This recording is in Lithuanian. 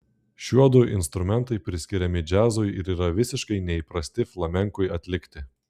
šiuodu instrumentai priskiriami džiazui ir yra visiškai neįprasti flamenkui atlikti